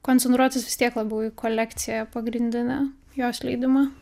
koncentruotis vis tiek labiau į kolekciją pagrindinę jos leidimą